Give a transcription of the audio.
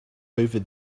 over